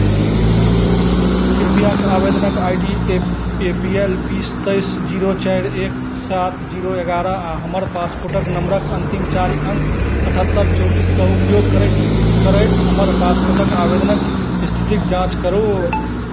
कृपयाक आवेदनक I D A A P L बीस तेइस जीरो चारि एक सात जीरो एगारह आओर हमर पासपोर्ट नम्बरके अन्तिम चारि अङ्क अठहत्तरि चौबिसके उपयोग करैत करैत हमर पासपोर्टके आवेदनके इस्थितिके जाँच करू